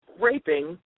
raping